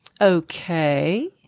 Okay